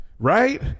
right